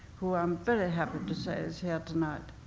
who i'm very happy to say is here tonight.